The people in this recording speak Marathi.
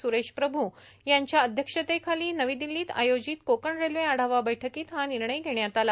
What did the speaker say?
सुरेश प्रभू यांच्या अध्यक्षतेखाली काल नवी दिल्लीत आयोजित कोकण रेल्वे आढावा बैठकीत हा निर्णय घेण्यात आला